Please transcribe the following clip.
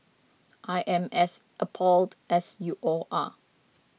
I am as appalled as you all are